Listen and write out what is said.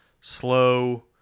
slow